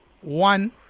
one